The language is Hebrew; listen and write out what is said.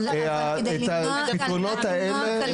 אבל על מנת למנוע כלבת.